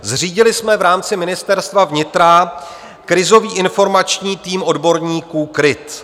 Zřídili jsme v rámci Ministerstva vnitra krizový informační tým odborníků KrIT (?).